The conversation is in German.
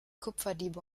kupferdiebe